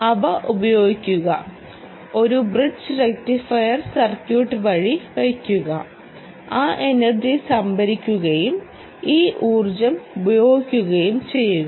അവ ഉപയോഗിക്കുക ഒരു ബ്രിഡ്ജ് റക്റ്റിഫയർ സർക്യൂട്ട് വഴി വയ്ക്കുക ആ എനർജി സംഭരിക്കുകയും ഈ ഊർജ്ജം ഉപയോഗിക്കുകയും ചെയ്യുക